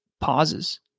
pauses